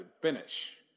finish